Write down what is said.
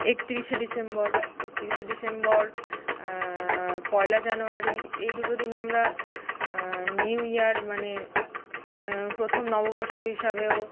একত্রিশে ডিসেম্বর একত্রিশে ডিসেম্বর পয়লা জানোয়ারি এই দুটো দিন আমরা নিউ ইয়ার মানে প্রথম নববর্ষ হিসাবেও